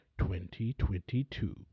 2022